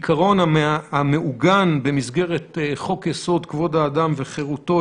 עיקרון המעוגן במסגרת חוק-יסוד: כבוד האדם וחירותו,